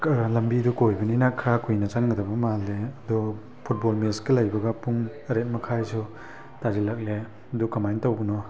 ꯂꯝꯕꯤꯗꯣ ꯀꯣꯏꯕꯅꯤꯅ ꯈꯔ ꯀꯨꯏꯅ ꯆꯪꯒꯗꯕ ꯃꯥꯜꯂꯦ ꯑꯗꯣ ꯐꯨꯠꯕꯣꯟ ꯃꯦꯁꯀ ꯂꯩꯕꯒ ꯄꯨꯡ ꯇꯔꯦꯠꯃꯈꯥꯏꯁꯨ ꯇꯥꯁꯤꯜꯂꯛꯂꯦ ꯑꯗꯨ ꯀꯃꯥꯏꯅ ꯇꯧꯕꯅꯣ